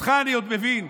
אותך אני עוד מבין.